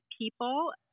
people